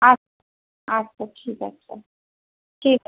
আচ্ছা আচ্ছা ঠিক আছে ঠিক আছে